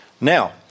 Now